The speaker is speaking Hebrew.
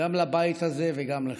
גם לבית הזה וגם לך.